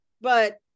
but-